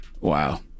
Wow